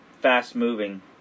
fast-moving